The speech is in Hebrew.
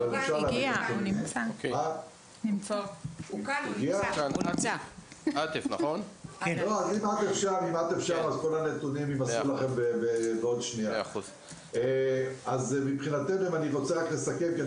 1. שעות